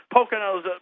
Poconos